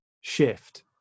shift